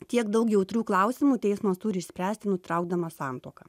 tiek daug jautrių klausimų teismas turi išspręsti nutraukdamas santuoką